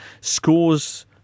scores